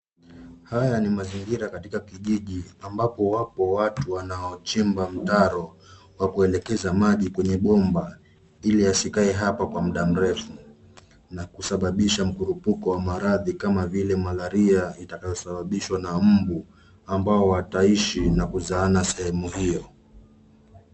Haya ni mazingira katika kijiji ambapo wapo watu wanaochimba mtaro wa kuelekeza maji kwenye bomba ili asikae hapa kwa muda mrefu na kusababisha mkurupuko wa maradhi kama vile Malaria itakayosababishwa na mbu ambao wataishi na kuzaana sehemu hiyo.